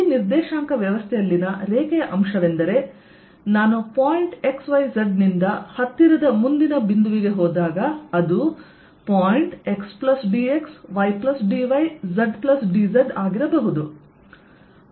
ಈ ನಿರ್ದೇಶಾಂಕ ವ್ಯವಸ್ಥೆಯಲ್ಲಿನ ರೇಖೆಯ ಅಂಶವೆಂದರೆ ನಾನು ಪಾಯಿಂಟ್ x y z ನಿಂದ ಹತ್ತಿರದ ಮುಂದಿನ ಬಿಂದುವಿಗೆ ಹೋದಾಗ ಅದು x dx y dy z dz ಆಗಿರಬಹುದು